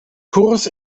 kurs